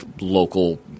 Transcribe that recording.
local